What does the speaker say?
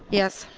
yes.